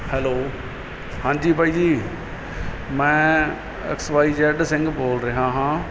hello ਹਾਂਜੀ ਬਾਈ ਜੀ ਮੈਂ ਐੱਕਸ ਵਾਈ ਜੈਡ ਸਿੰਘ ਬੋਲ ਰਿਹਾ ਹਾਂ